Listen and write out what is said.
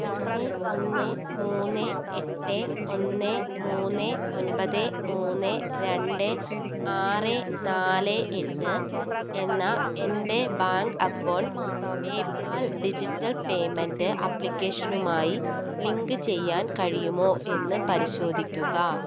എട്ട് ഒന്ന് മൂന്ന് എട്ട് ഒന്ന് മൂന്ന് ഒൻപത് മൂന്ന് രണ്ട് ആറ് നാല് എട്ട് എന്ന എൻ്റെ bank account PayPal digital payment ആപ്ലിക്കേഷനുമായി ലിങ്കു ചെയ്യാൻ കഴിയുമോ എന്ന് പരിശോധിക്കുക